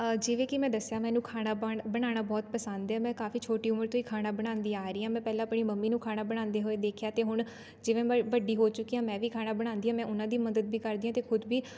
ਜਿਵੇਂ ਕਿ ਮੈਂ ਦੱਸਿਆ ਮੈਨੂੰ ਖਾਣਾ ਬਣ ਬਣਾਉਣਾ ਬਹੁਤ ਪਸੰਦ ਆ ਮੈਂ ਕਾਫੀ ਛੋਟੀ ਉਮਰ ਤੋਂ ਹੀ ਖਾਣਾ ਬਣਾਉਂਦੀ ਆ ਰਹੀ ਹਾਂ ਮੈਂ ਪਹਿਲਾਂ ਆਪਣੀ ਮੰਮੀ ਨੂੰ ਖਾਣਾ ਬਣਾਉਂਦੇ ਹੋਏ ਦੇਖਿਆ ਅਤੇ ਹੁਣ ਜਿਵੇਂ ਮੈਂ ਵੱਡੀ ਹੋ ਚੁੱਕੀ ਹਾਂ ਮੈਂ ਵੀ ਖਾਣਾ ਬਣਾਉਂਦੀ ਹਾਂ ਮੈਂ ਉਹਨਾਂ ਦੀ ਮਦਦ ਵੀ ਕਰਦੀ ਅਤੇ ਖੁਦ ਵੀ